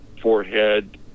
forehead